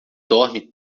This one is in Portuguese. dorme